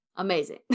amazing